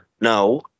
No